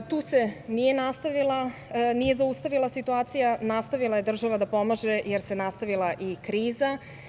Tu se nije zaustavila situacija, nastavila je država da pomaže, jer se nastavila i kriza.